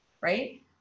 right